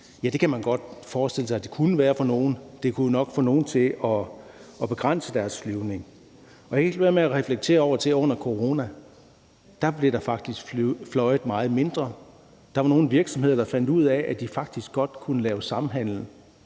det kunne være for nogle. Det kunne nok få nogle til at begrænse deres flyvning. Og jeg kan ikke lade være med at reflektere over, hvordan det var under coronaen; der blev der faktisk fløjet meget mindre. Der var nogle virksomheder, der fandt ud af, at de faktisk godt kunne lave samhandel